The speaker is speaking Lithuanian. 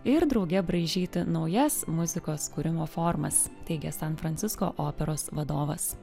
ir drauge braižyti naujas muzikos kūrimo formas teigia san francisko operos vadovas